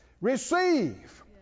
receive